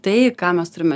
tai ką mes turim